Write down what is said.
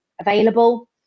available